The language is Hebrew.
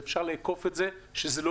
ואפשר לאכוף את זה.